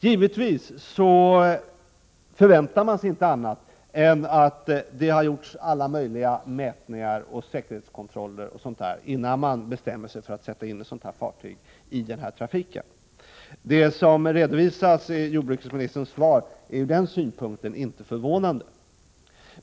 Givetvis förväntar man sig inte annat än att det har gjorts alla möjliga mätningar och säkerhetskontroller, innan ett sådant fartyg sätts in i den här trafiken. Det som redovisas i jordbruksministerns svar är ur den synpunkten inte förvånande.